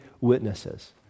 witnesses